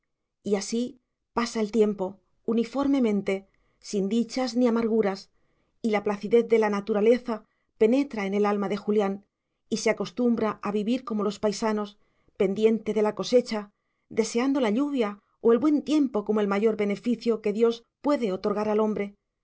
y así pasa el tiempo uniformemente sin dichas ni amarguras y la placidez de la naturaleza penetra en el alma de julián y se acostumbra a vivir como los paisanos pendiente de la cosecha deseando la lluvia o el buen tiempo como el mayor beneficio que dios puede otorgar al hombre